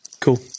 Cool